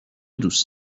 دوست